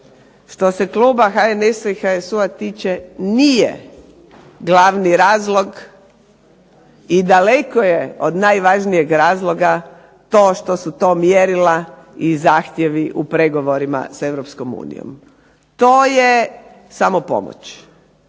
Što se kluba HNS-HSU-a tiče nije glavni razlog i daleko je od najvažnijeg razloga to što su to mjerila i zahtjevi u pregovorima sa EU. To je samo pomoć,